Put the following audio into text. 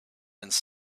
have